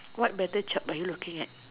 what better chart are you looking at